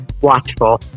watchful